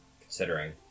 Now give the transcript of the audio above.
considering